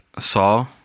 saw